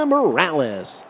Morales